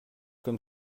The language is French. comme